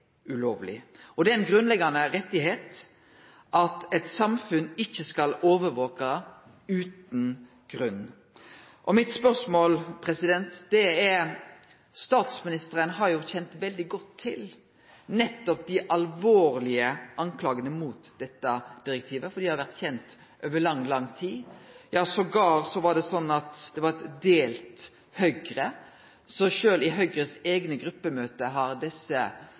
ulovleg. Det er ein grunnleggjande rett at eit samfunn ikkje skal overvake utan grunn. Statsministeren har kjent veldig godt til dei alvorlege klagane mot dette direktivet, for dei har vore kjende over lang, lang tid. Det var endåtil eit delt Høgre, så sjølv i dei eigne gruppemøta til Høgre har desse